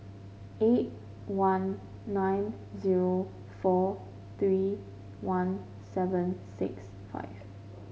eight one nine zero four three one seven six five